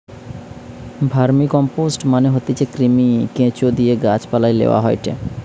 vermicompost মানে হতিছে কৃমি, কেঁচোদিয়ে গাছ পালায় লেওয়া হয়টে